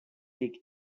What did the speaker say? dig